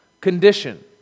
condition